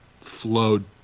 flowed